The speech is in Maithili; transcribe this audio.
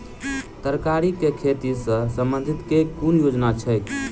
तरकारी केँ खेती सऽ संबंधित केँ कुन योजना छैक?